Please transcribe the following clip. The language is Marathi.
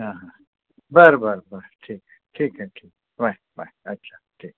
हां हां बरं बरं बरं ठीक ठीक आहे ठीक आहे बाय बाय अच्छा ठीक